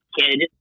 kid